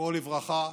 זכרו לברכה,